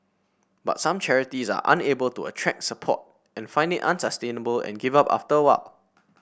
but some charities are unable to attract support and find it unsustainable and give up after a while